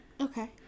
Okay